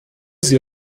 sie